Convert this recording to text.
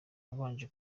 babanje